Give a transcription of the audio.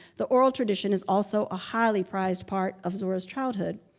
the oral tradition is also a highly prized part of zora's childhood.